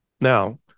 now